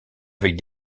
avec